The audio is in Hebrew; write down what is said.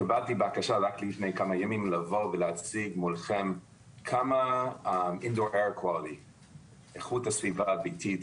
קיבלתי בקשה לפני כמה ימים לבוא ולהציג מולכם כמה איכות האוויר הביתי,